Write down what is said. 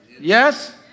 Yes